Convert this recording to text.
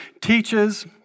teaches